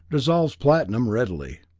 dissolves platinum readily.